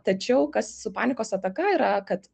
tačiau kas su panikos ataka yra kad